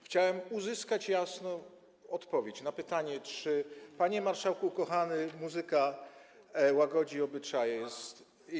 Chciałem uzyskać jasną odpowiedź na pytanie, czy zwrot „Panie marszałku kochany, muzyka łagodzi obyczaje” jest.